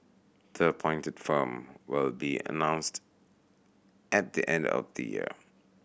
the appointed firm will be announced at the end of the year